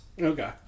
Okay